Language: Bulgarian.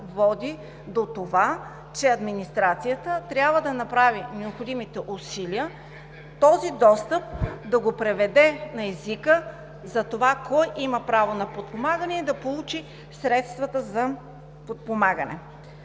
води до това, че администрацията трябва да направи необходимите усилия да преведе този достъп на езика кой има право на подпомагане и да получи средствата за подпомагане.